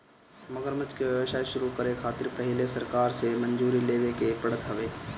मगरमच्छ के व्यवसाय शुरू करे खातिर पहिले सरकार से मंजूरी लेवे के पड़त हवे